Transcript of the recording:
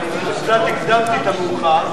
קצת הקדמתי את המאוחר.